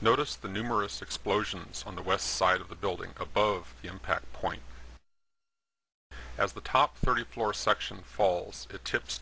notice the numerous explosions on the west side of the building of the impact point as the top thirty floor section falls tips